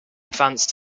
advance